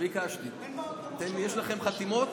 יש לכם חתימות?